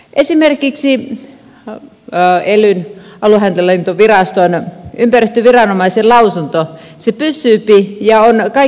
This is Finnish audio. esimerkiksi elyn aluehallintoviraston ympäristöviranomaisen lausunto pysyy ja on kaiken lupaprosessin perustana